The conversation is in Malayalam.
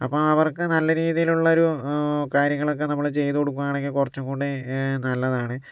അപ്പോൾ അവർക്ക് നല്ല രീതിയിലുള്ളൊരു കാര്യങ്ങളൊക്കെ നമ്മൾ ചെയ്തു കൊടുക്കുകയാണെങ്കിൽ കുറച്ചുകൂടി നല്ലതാണ്